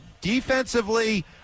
defensively